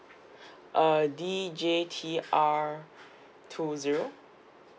uh D J T R two zero